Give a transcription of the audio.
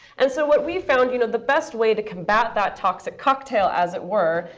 and so what we found, you know the best way to combat that toxic cocktail, as it were,